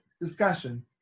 discussion